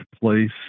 place